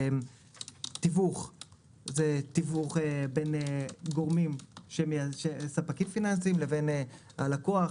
תיווך זה תיווך בין גורמים שהם ספקים פיננסיים לבין הלקוח.